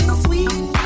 sweet